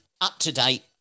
up-to-date